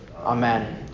Amen